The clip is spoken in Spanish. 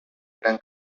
gran